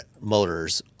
motors